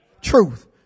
Truth